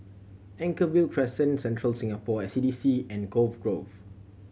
Anchorvale Crescent Central Singapore S D C and Cove Grove